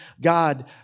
God